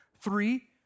Three